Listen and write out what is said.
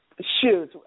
shoes